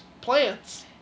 plants